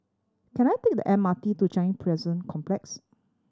can I take the M R T to Changi Prison Complex